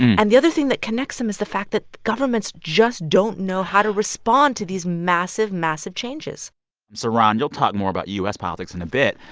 and the other thing that connects them is the fact that governments just don't know how to respond to these massive, massive changes so ron, you'll talk more about u s. politics in a bit.